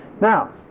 Now